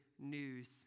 News